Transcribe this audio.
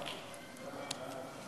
ההצעה להעביר את